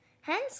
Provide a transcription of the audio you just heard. Hence